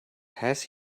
has